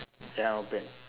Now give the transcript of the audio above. ya not bad